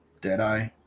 Deadeye